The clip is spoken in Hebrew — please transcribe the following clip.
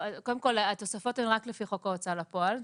קודם כל התוספות הן רק לפי חוק ההוצאה לפועל.